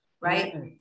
right